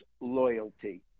loyalty